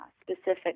specific